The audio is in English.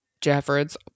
Jeffords